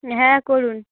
হ্যাঁ করুন